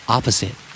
Opposite